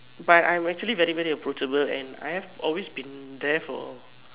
but I'm actually very very approachable and I have always been there for